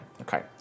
Okay